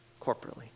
corporately